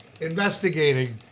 Investigating